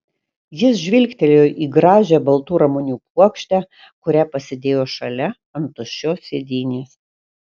jis žvilgtelėjo į gražią baltų ramunių puokštę kurią pasidėjo šalia ant tuščios sėdynės